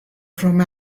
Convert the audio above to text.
from